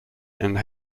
and